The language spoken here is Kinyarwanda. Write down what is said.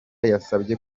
yasabye